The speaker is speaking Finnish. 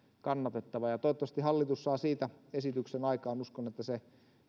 kannatettava ja toivottavasti hallitus saa siitä esityksen aikaan uskon että se